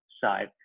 side